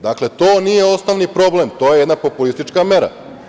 Dakle, to nije osnovni problem, to je jedna populistička mera.